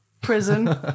Prison